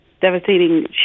devastating